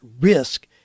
risk